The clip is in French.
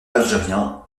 algérien